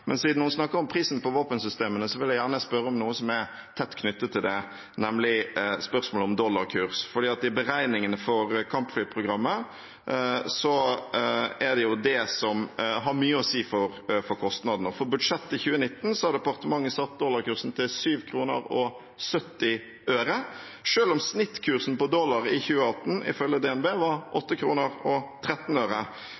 Men siden hun snakker om prisen på våpensystemene, vil jeg gjerne spørre om noe som er tett knyttet til det, nemlig spørsmålet om dollarkurs, for i beregningene for kampflyprogrammet er det det som har mye å si for kostnadene. For budsjettet for 2019 har departementet satt dollarkursen til kr 7,70, selv om snittkursen på dollar i 2018 ifølge DNB var